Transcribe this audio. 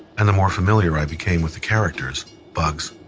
and the more familiar i became with the characters bugs,